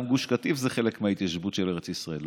גם גוש קטיף זה חלק מההתיישבות של ארץ ישראל,